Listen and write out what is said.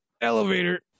elevator